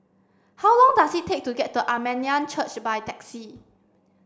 how long does it take to get to Armenian Church by taxi